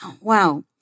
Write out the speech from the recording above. Wow